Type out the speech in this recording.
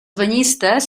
banyistes